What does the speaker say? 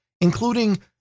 including